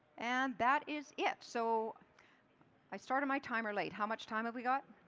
and that is it. so i started my timer late. how much time have we got?